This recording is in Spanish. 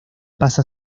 pasa